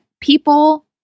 people